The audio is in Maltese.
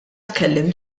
tkellimt